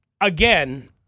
again